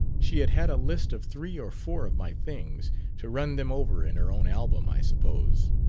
she had had a list of three or four of my things to run them over in her own album, i suppose.